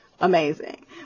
amazing